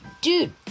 Dude